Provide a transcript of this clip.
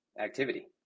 activity